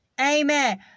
Amen